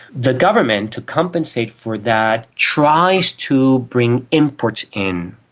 the government, to compensate for that, tries to bring imports in,